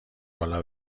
بالا